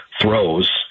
throws